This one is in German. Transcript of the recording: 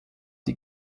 die